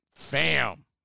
fam